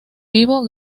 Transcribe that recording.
vivo